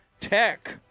tech